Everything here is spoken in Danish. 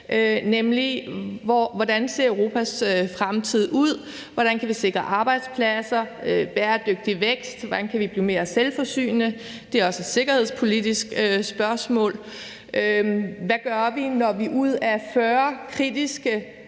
hvordan Europas fremtid ser ud: Hvordan kan vi sikre arbejdspladser og bæredygtig vækst? Hvordan kan vi blive mere selvforsynende, hvilket også er et sikkerhedspolitisk spørgsmål? Hvad gør vi, når vi ud af 40 kritiske